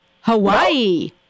Hawaii